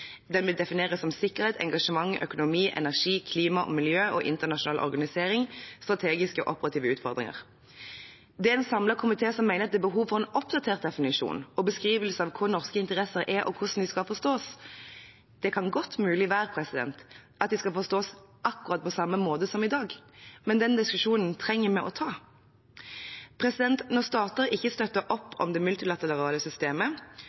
Den defineres som sikkerhet, engasjement, økonomi, energi, klima og miljø, internasjonal organisering, strategiske og operative utfordringer. Det er en samlet komité som mener at det er behov for en oppdatert definisjon og beskrivelse av hva norske interesser er, og hvordan de skal forstås. Det kan godt være at de skal forstås på akkurat samme måte som i dag, men den diskusjonen trenger vi å ta. Når stater ikke støtter opp om det multilaterale systemet,